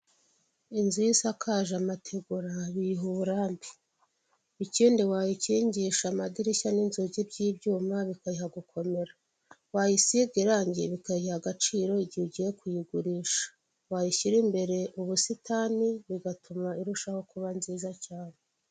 Inzu iyo isakaje amategura biyiha uburambe, ikindi wayikingisha amadirishya n'inzugi by'ibyuma bikayiha gukomera, wayisiga irangi bikayiha agaciro igihe ugiye kuyigurisha, wayishyira imbere mu busitani bigatuma irushaho kuba nziza cyane.